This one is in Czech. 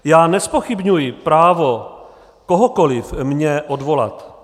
Já nezpochybňuji právo kohokoli mě odvolat.